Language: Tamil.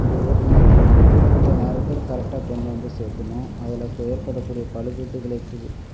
இந்த ஓட்டுநர்கள் வந்து குறிப்பிட்ட நேரத்தில் கரெக்டாக கொண்டு வந்து சேர்த்துடனும் அதில் ஏற்படக்கூடிய பழுதுகள